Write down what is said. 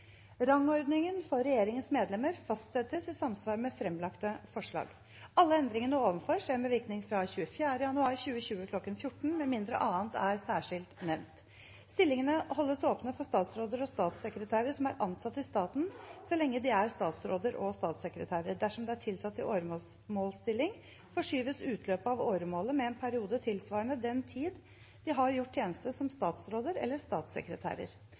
Rangordningen for regjeringens medlemmer fastsettes i samsvar med framlagte forslag. Alle endringene ovenfor skjer med virkning fra 24. januar 2020 kl. 14.00, med mindre annet er særskilt nevnt. Stillingene holdes åpne for statsråder og statssekretærer som er ansatt i staten så lenge de er statsråder og statssekretærer. Dersom det er tilsatt i åremålsstilling, forskyves utløpet av åremålet med en periode tilsvarende den tid de har gjort tjeneste som statsråder eller statssekretærer.»